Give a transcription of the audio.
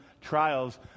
trials